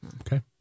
Okay